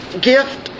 gift